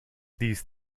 these